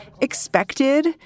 expected